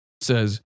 says